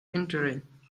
entering